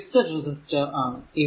ഇത് fixed resistor ആണ്